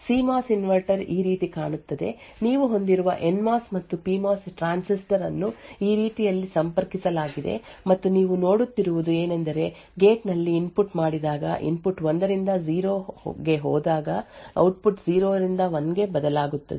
C M O S inverter ಈ ರೀತಿ ಕಾಣುತ್ತದೆ ನೀವು ಹೊಂದಿರುವ ಎನ್ ಎಂ ಓ ಎಸ್ ಮತ್ತು P M O S transistor ಅನ್ನು ಈ ರೀತಿಯಲ್ಲಿ ಸಂಪರ್ಕಿಸಲಾಗಿದೆ ಮತ್ತು ನೀವು ನೋಡುತ್ತಿರುವುದು ಏನೆಂದರೆ ಗೇಟ್ ನಲ್ಲಿ ಇನ್ಪುಟ್ ಮಾಡಿದಾಗ ಇನ್ಪುಟ್ 1 ರಿಂದ 0 ಗೆ ಹೋದಾಗ ಔಟ್ಪುಟ್ 0 ರಿಂದ 1 ಗೆ ಬದಲಾಗುತ್ತದೆ